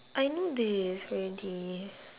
I know this already